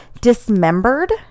dismembered